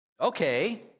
Okay